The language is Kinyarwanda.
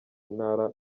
ntara